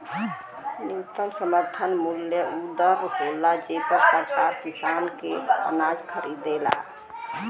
न्यूनतम समर्थन मूल्य उ दर होला जेपर सरकार किसान के अनाज खरीदेला